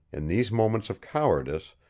in these moments of cowardice,